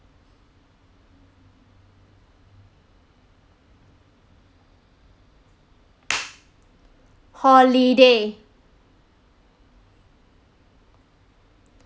holiday